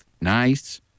nice